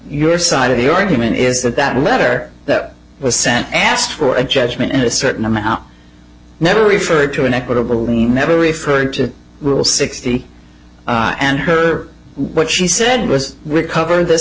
your side of the argument is that that letter that was sent asked for a judgment in a certain amount never referred to an equitable never referred to rule sixty and her what she said was recover th